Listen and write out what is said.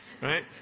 Right